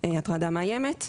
הטרדה מאיימת.